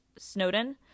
snowden